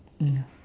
ya